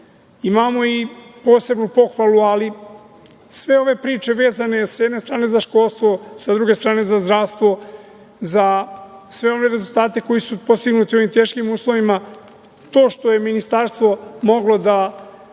mogli. Imamo i posebnu pohvalu, ali sve ove priče vezane sa jedne strane za školstvo, sa druge strane za zdravstvo, za sve one rezultate koji su postignuti u ovim teškim uslovima, to što je Ministarstvo prosvete